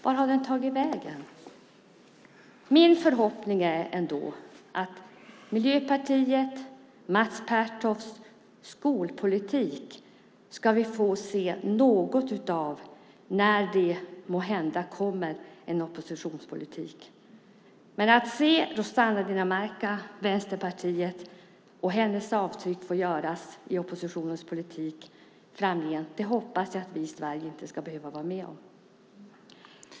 Min förhoppning är att vi ska få se något mer av Miljöpartiets och Mats Pertofts skolpolitik när det, måhända, kommer en oppositionspolitik. Men att få se Rossana Dinamarcas och Vänsterpartiets avtryck i oppositionens politik framöver hoppas jag att vi i Sverige inte ska behöva vara med om.